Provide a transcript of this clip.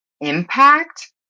impact